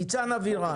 בוקר טוב לכולם.